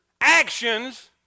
actions